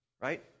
right